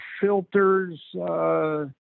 filters